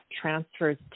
transfers